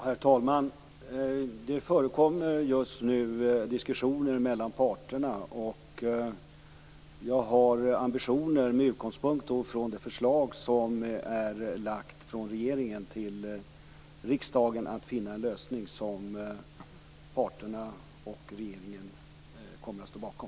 Herr talman! Det förekommer just nu diskussioner mellan parterna, och jag har ambitioner med utgångspunkt i det förslag som regeringen har lagt fram i riksdagen att finna en lösning som parterna och regeringen kommer att stå bakom.